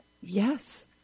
Yes